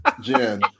Jen